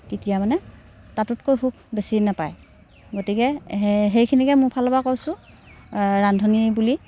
তেতিয়া মানে তাতোতকৈ সুখ বেছি নাপায় গতিকে সেইখিনিকে মোৰ ফালৰ পা কৈছোঁ ৰান্ধনি বুলি